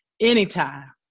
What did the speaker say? anytime